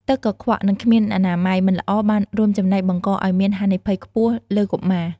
ទឹកកង្វក់ និងគ្មានអនាម័យមិនល្អបានរួមចំណែកបង្កឱ្យមានហានិភ័យខ្ពស់លើកុមារ។